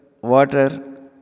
water